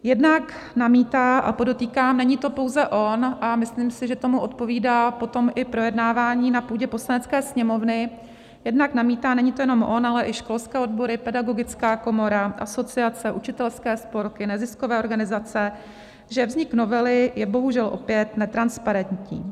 Jednak namítá a podotýkám, není to pouze on a myslím si, že tomu odpovídá potom i projednávání na půdě Poslanecké sněmovny jednak namítá, není to jen on, ale i školské odbory, Pedagogická komora, asociace, učitelské spolky, neziskové organizace, že vznik novely je bohužel opět netransparentní.